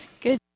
Good